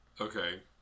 okay